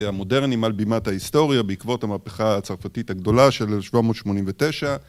המודרני מעל בימת ההיסטוריה בעקבות המהפכה הצרפתית הגדולה של 1789